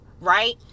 right